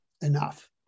enough